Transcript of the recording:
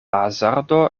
hazardo